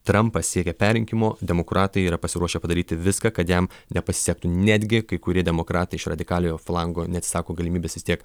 trampas siekia perrinkimo demokratai yra pasiruošę padaryti viską kad jam nepasisektų netgi kai kurie demokratai iš radikaliojo flango neatsisako galimybės vis tiek